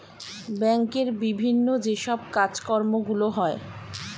ব্যাংকের বিভিন্ন যে সব কাজকর্মগুলো হয়